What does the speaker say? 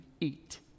eat